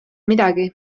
midagi